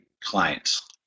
clients